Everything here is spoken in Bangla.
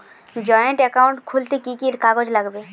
জয়েন্ট একাউন্ট খুলতে কি কি কাগজ লাগবে?